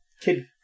kid